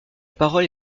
parole